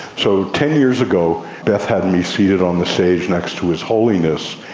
so ten years ago beth had me seated on the stage next to his holiness,